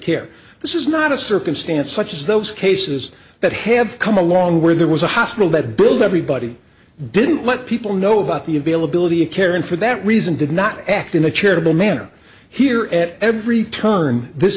care this is not a circumstance such as those cases that have come along where there was a hospital that billed everybody didn't let people know about the availability of care and for that reason did not act in a charitable manner here at every turn this